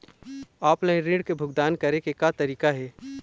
Offline ऋण के भुगतान करे के का तरीका हे?